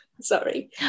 Sorry